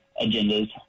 agendas